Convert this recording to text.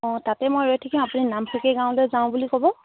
অঁ তাতে মই ৰৈ থাকিম আপুনি নামফাকে গাঁৱলৈ যাওঁ বুলি ক'ব